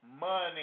money